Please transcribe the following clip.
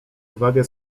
uwagę